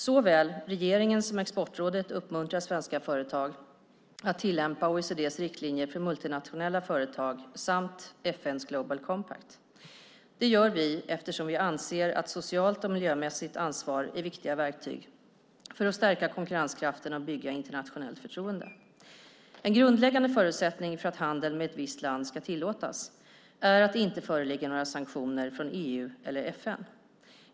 Såväl regeringen som Exportrådet uppmuntrar svenska företag att tillämpa OECD:s riktlinjer för multinationella företag, samt FN:s Global Compact. Det gör vi eftersom vi anser att socialt och miljömässigt ansvar är viktiga verktyg för att stärka konkurrenskraften och bygga internationellt förtroende. En grundläggande förutsättning för att handeln med ett visst land ska tillåtas är att det inte föreligger några sanktioner från EU eller FN.